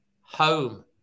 Home